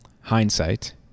hindsight